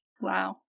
Wow